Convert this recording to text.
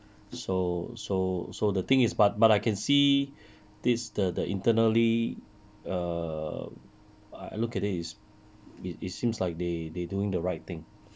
so so so the thing is but but I can see this the the internally err I look at it is it seems like they doing the right thing